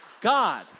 God